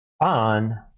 on